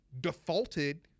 defaulted